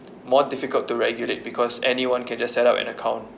more difficult to regulate because anyone can just set up an account